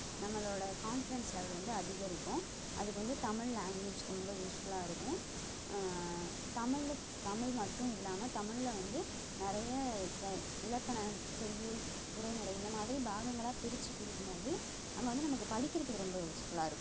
நம்மளோடய confidence level வந்து அதிகரிக்கும் அதுக்கு வந்து தமிழ் லாங்குவேஜ் ரொம்ப யூஸ்ஃபுல்லாக இருக்கும் தமிழில் தமிழ் மட்டும் இல்லாமல் தமிழில் வந்து நிறைய செய் இலக்கணம் செய்யுள் உரைநடை இந்த மாதிரி பாகங்களாக பிரித்துக் கொடுக்கும் போது அங்கே வந்து நமக்கு படிக்கிறத்துக்கு ரொம்ப யூஸ்ஃபுல்லாக இருக்கும்